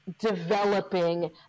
Developing